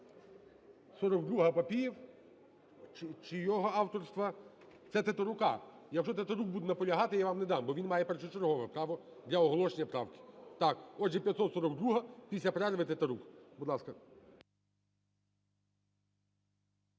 після перерви, Тетерук.